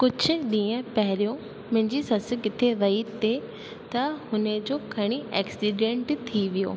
कुझु ॾींहं पहिरियों मुंहिंजी ससु किथे वई ते त हुन जो खणी एक्सीडंट थी वियो